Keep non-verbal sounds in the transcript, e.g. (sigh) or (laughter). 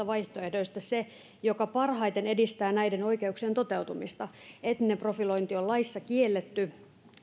(unintelligible) vaihtoehdoista se joka parhaiten edistää näiden oikeuksien toteutumista etninen profilointi on laissa kielletty